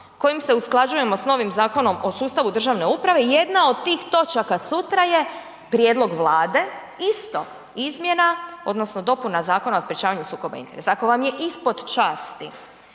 kojim se usklađujemo s novim Zakonom o sustavu državne uprave jedna od tih točaka sutra je prijedlog Vlade, isto izmjena, odnosno dopuna Zakona o sprječavanju sukoba interesa. Ako vam je ispod časti